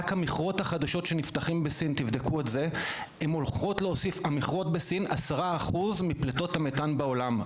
רק המכרות החדשים שנפתחים בסין הולכים להוסיף 10% מפליטות המתאן בעולם,